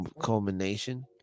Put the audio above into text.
culmination